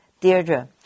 Deirdre